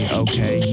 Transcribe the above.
okay